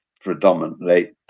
predominantly